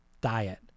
diet